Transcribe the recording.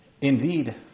Indeed